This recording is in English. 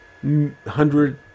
hundred